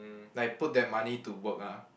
like put that money to work ah